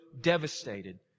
devastated